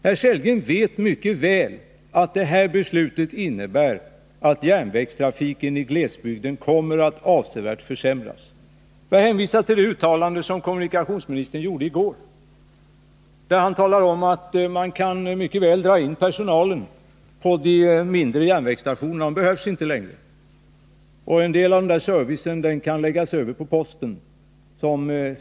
Herr Sellgren vet mycket väl att det här beslutet innebär att järnvägstrafiken i glesbygden kommer att avsevärt försämras. Jag hänvisar till det uttalande som kommunikationsministern gjorde i går, när han sade att man mycket väl kan dra in personalen på de mindre järnvägsstationerna, för den behövs inte längre och en del av servicen kan läggas över på posten.